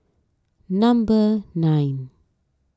number nine